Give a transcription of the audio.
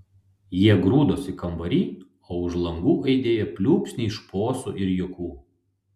jie grūdosi kambary o už langų aidėjo pliūpsniai šposų ir juokų